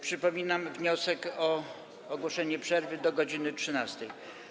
Przypominam, to wniosek o ogłoszenie przerwy do godz. 13.